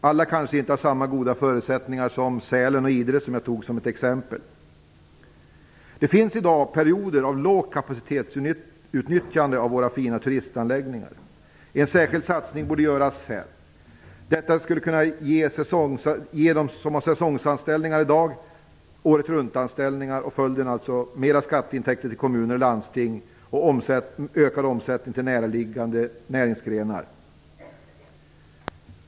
Alla kanske inte har samma goda förutsättningar som Sälen och Idre, som jag tog som exempel. Det finns i dag perioder med lågt kapacitetsutnyttjande av våra fina turistanläggningar. En särskild satsning borde göras här. Detta skulle kunna ge dem som har säsongsanställningar i dag åretruntanställningar. Följden blir alltså mera skatteintäkter till kommuner och landsting och ökad omsättning i näraliggande näringsgrenar.